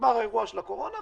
נגמר האירוע של הקורונה,